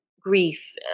grief